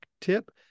tip